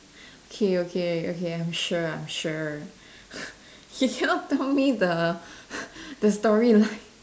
okay okay okay I'm sure I'm sure you cannot tell me the the story line